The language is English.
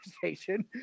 conversation